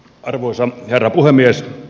arvoisa herra puhemies